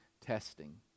testing